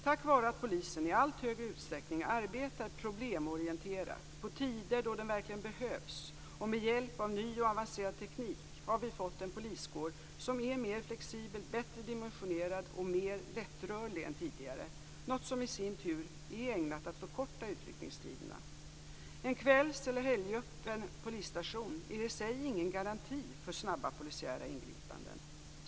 Tack vare att polisen i allt högre utsträckning arbetar problemorienterat, på tider då den verkligen behövs och med hjälp av ny och avancerad teknik, har vi fått en poliskår som är mer flexibel, bättre dimensionerad och mer lättrörlig än tidigare, något som i sin tur är ägnat att förkorta utryckningstiderna. En kvälls eller helgöppen polisstation är i sig ingen garanti för snabba polisiära ingripanden.